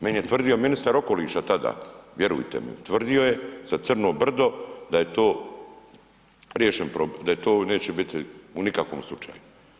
Meni je tvrdio ministar okoliša tada, vjerujte mi, tvrdio je za Crno brdo da je to riješen, da to neće biti u nikakvom slučaju.